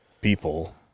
people